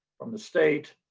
from the state,